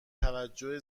توجه